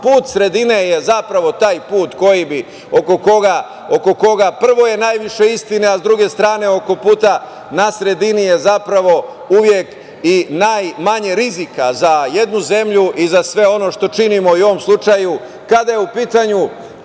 put sredine je zapravo taj put oko koga je, prvo, najviše istine, a s druge strane oko puta na sredini je zapravo uvek i najmanje rizika za jednu zemlju i za sve ono što činimo.U ovom slučaju, kada je u pitanju